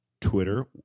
twitter